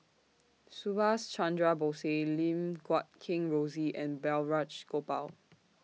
Subhas Chandra Bose Lim Guat Kheng Rosie and Balraj Gopal